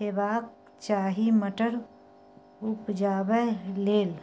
हेबाक चाही मटर उपजाबै लेल